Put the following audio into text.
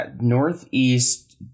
Northeast